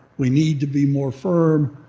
we need to be more firm,